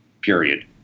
period